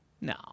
No